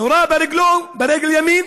נורה ברגלו, ברגל ימין,